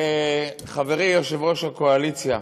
חברי יושב-ראש הקואליציה,